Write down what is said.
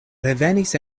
revenis